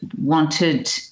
wanted